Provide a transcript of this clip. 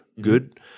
good